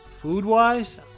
Food-wise